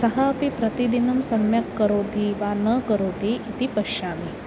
सः अपि प्रतिदिनं सम्यक् करोति वा न करोति इति पश्यामि